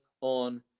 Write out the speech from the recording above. on